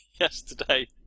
yesterday